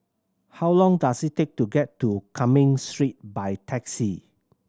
how long does it take to get to Cumming Street by taxi